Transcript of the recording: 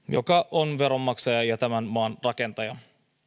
joka on veronmaksaja ja tämän maan rakentaja